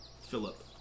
Philip